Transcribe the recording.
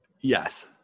Yes